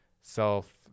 self